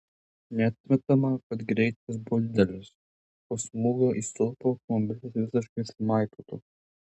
neatmetama kad greitis buvo didelis po smūgio į stulpą automobilis visiškai sumaitotas